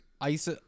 ice